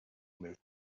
movement